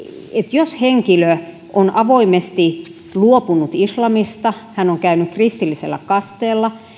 jos henkilö on avoimesti luopunut islamista hän on käynyt kristillisellä kasteella